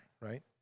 right